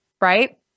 right